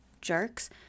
jerks